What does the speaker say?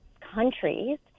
countries